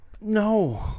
No